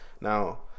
Now